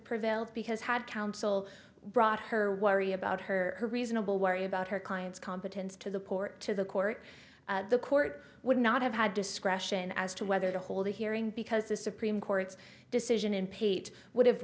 prevailed because had counsel brought her worry about her reasonable worry about her client's competence to the port to the court the court would not have had discretion as to whether to hold a hearing because the supreme court's decision in pete would